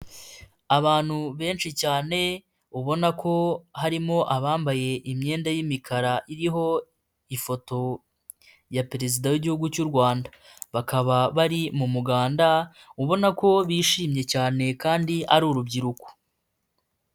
Abantu benshi cyane ubona ko harimo abambaye imyenda y'imikara iriho ifoto ya Perezida w'Igihugu cy'u Rwanda. Bakaba bari mu muganda ubona ko bishimye cyane kandi ari urubyiruko.